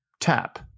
TAP